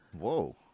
Whoa